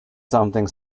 something